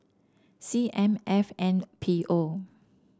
C M F N P O